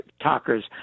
Talkers